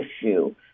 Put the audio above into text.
issue